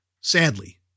Sadly